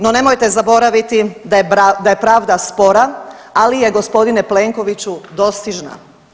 No, nemojte zaboraviti da je pravda spora, ali je gospodine Plenkoviću dostižna.